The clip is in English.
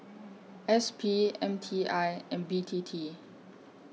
S P M T I and B T T